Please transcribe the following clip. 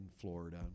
Florida